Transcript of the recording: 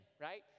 Right